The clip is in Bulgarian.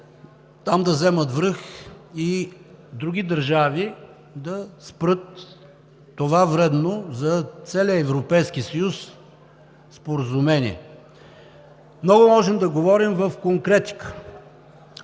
да вземат връх и други държави да спрат това вредно за целия Европейски съюз Споразумение. Много можем да говорим в конкретика.